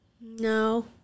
No